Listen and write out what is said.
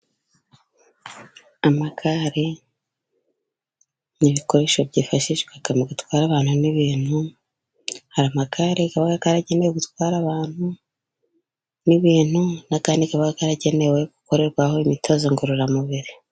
Amagare ni ibikoresho byifashishwa mu gatwara abantu n'ibintu, hari amagare aba yaragenewe gutwara abantu n'ibintu, n'andi aba yaragenewe gukorerwaho imyitozo ngororamubiri.